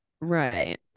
Right